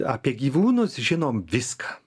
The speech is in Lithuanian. apie gyvūnus žinom viską